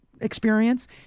experience